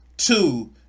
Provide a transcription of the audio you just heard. two